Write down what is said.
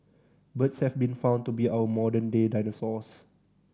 birds have been found to be our modern day dinosaurs